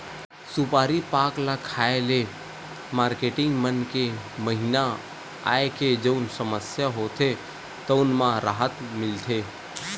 सुपारी पाक ल खाए ले मारकेटिंग मन के महिना आए के जउन समस्या होथे तउन म राहत मिलथे